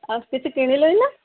ଆଉ କିଛି କିଣିଲେଣି ନା